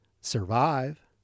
survive